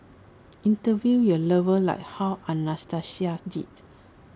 interview your lover like how Anastasia did